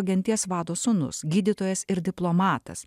genties vado sūnus gydytojas ir diplomatas